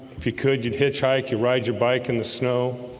if you could you'd hitchhike you ride your bike in the snow